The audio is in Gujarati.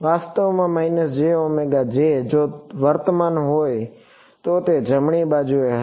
વાસ્તવમાં જો વર્તમાન પણ હોય તો તે જમણી બાજુએ હશે